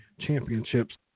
championships